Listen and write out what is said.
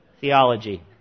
theology